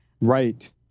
Right